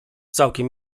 całkiem